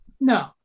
No